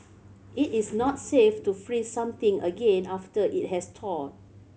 it is not safe to freeze something again after it has thawed